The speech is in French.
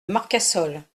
marcassol